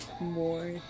More